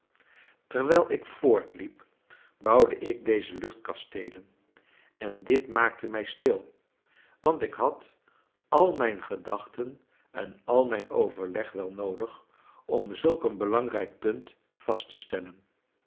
terwijl ik voortliep bouwde ik deze luchtkasteelen en dit maakte mij stil want ik had al mijn gedachten en al mijn overleg wel noodig om zulk een belangrijk punt vast te stellen